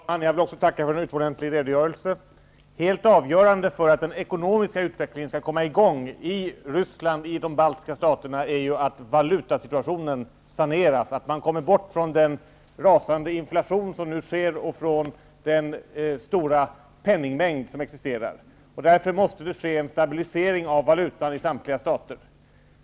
Herr talman! Jag vill också tacka för en utomordentlig redogörelse. Helt avgörande för att den ekonomiska utvecklingen skall komma i gång i Ryssland och i de baltiska staterna är att valutasituationen saneras, att man kommer bort från den rasande inflationen och från den stora penningmängden. Därför måste det ske en stabilisering av valutan i samtliga stater.